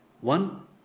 one